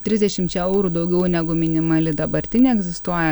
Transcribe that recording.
trisdešimčia eurų daugiau negu minimali dabartinė egzistuoja